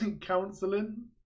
counseling